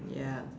ya